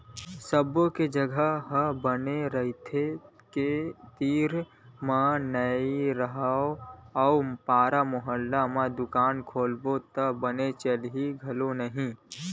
सब्बो के जघा ह बने रद्दा के तीर म नइ राहय अउ पारा मुहल्ला म दुकान खोलबे त बने चलय घलो नहि